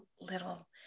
little